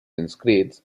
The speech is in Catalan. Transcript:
inscrits